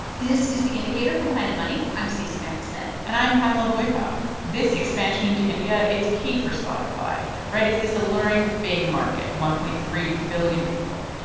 this is the indicator from planet money. i'm stacey vanek smith and i'm pamela boykoff. this expansion into india is key for spotify, right? it's this alluring, big market one point three billion people.